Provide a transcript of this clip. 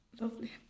Lovely